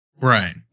Right